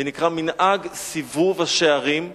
ונקרא מנהג סיבוב השערים,